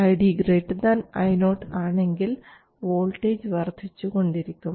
ID Io ആണെങ്കിൽ voltage വർദ്ധിച്ചുകൊണ്ടിരിക്കും